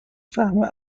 فهمه